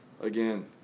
again